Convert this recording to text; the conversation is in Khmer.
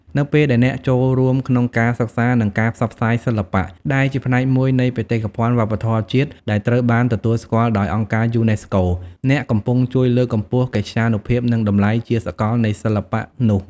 នៅពេលដែលអ្នកចូលរួមក្នុងការសិក្សានិងការផ្សព្វផ្សាយសិល្បៈ ដែលជាផ្នែកមួយនៃបេតិកភណ្ឌវប្បធម៌ជាតិដែលត្រូវបានទទួលស្គាល់ដោយអង្គការយូនេស្កូ អ្នកកំពុងជួយលើកកម្ពស់កិត្យានុភាព និងតម្លៃជាសកលនៃសិល្បៈនោះ។